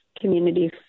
community